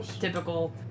typical